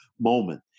moment